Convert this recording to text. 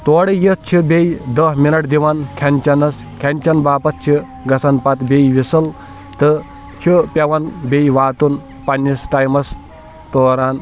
تورٕ یِتھ چھِ بیٚیہِ دٔہ مِنَٹ دِوان کھیٚن چھیٚنَس کھیٚن چھیٚن باپَتھ چھِ گَژَھن پَتہٕ بیٚیہِ وِسٕل تہٕ چھِ پیٚوان بیٚیہِ واتُن پَننِس ٹایمَس دوران